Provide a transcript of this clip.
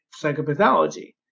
psychopathology